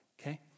okay